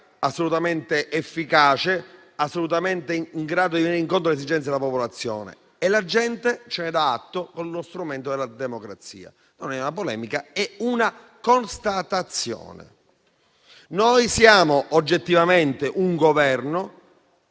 assolutamente efficace ed assolutamente in grado di venire incontro alle esigenze della popolazione. E la gente ce ne dà atto con lo strumento della democrazia. Non è una polemica, è una constatazione. Noi siamo, oggettivamente, un Governo